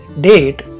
date